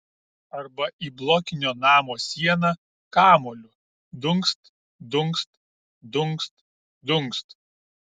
arba į blokinio namo sieną kamuoliu dunkst dunkst dunkst dunkst